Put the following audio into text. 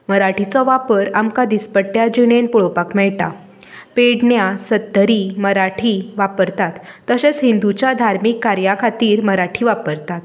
मराठीचो वापर आमकां दिसपट्टे जिणेंत पळोवपाक मेळटा पेडण्यां सत्तरी मराठी वापरतात तशेंच हिंदूच्या धार्मीक कार्या खातीर मराठी वापरतात